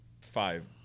five